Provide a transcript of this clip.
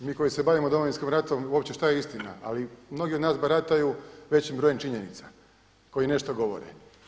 Mi koji se bavimo Domovinskim ratom uopće šta je istina, ali mnogi od nas barataju većim brojem činjenica koji nešto govore.